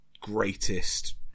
greatest